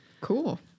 Cool